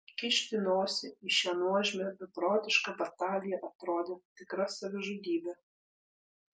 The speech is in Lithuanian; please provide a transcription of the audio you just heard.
kišti nosį į šią nuožmią beprotišką bataliją atrodė tikra savižudybė